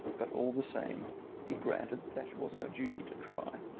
but all the same he granted that it was our duty to try.